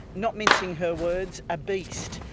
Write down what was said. not mincing her words, a beast.